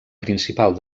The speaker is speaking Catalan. principal